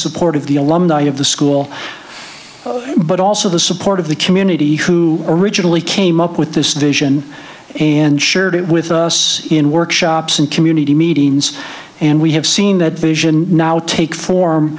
supportive the alumni of the school but also the support of the community who originally came up with this vision and shared it with us in workshops and community meetings and we have seen that vision now take